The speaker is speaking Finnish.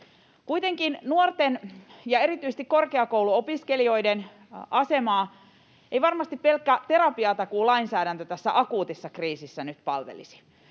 Kuitenkin nuorten ja erityisesti korkeakouluopiskelijoiden asemaa ei varmasti pelkkä terapiatakuulainsäädäntö tässä akuutissa kriisissä nyt palvelisi.